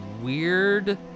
weird